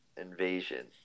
Invasion